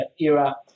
era